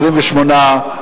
28,